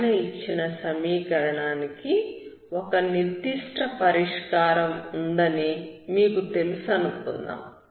పైన ఇచ్చిన సమీకరణానికి ఒక నిర్దిష్టమైన పరిష్కారం ఉందని మీకు తెలుసనుకుందాం